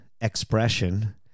expression